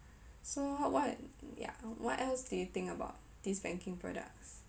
so what ya what else do you think about this banking products